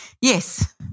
Yes